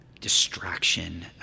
distraction